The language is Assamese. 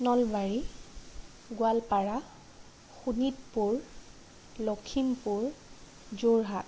নলবাৰী গোৱালপাৰা শোণিতপুৰ লখিমপুৰ যোৰহাট